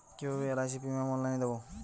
কিভাবে LIC premium অনলাইনে দেবো?